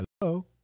hello